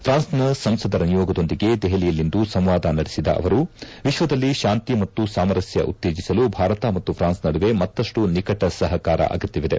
ಫ್ರಾನ್ಸ್ನ ಸಂಸದರ ನಿಯೋಗದೊಂದಿಗೆ ದೆಹಲಿಯಲ್ಲಿಂದು ಸಂವಾದ ನಡೆಸಿದ ಅವರು ವಿಶ್ವದಲ್ಲಿ ಶಾಂತಿ ಮತ್ತು ಸಾಮರಸ್ಯ ಉತ್ತೇಜಿಸಲು ಭಾರತ ಮತ್ತು ಪ್ರಾನ್ಸ್ ನಡುವೆ ಮತ್ತಷ್ಟು ನಿಕಟ ಸಹಕಾರ ಅಗತ್ವವಿದೆ